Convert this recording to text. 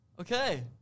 Okay